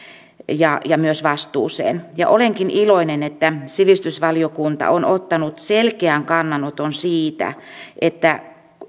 ja ja myös vastuuseen olenkin iloinen että sivistysvaliokunta on tehnyt selkeän kannanoton että